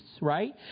right